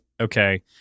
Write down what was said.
okay